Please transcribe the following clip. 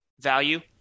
value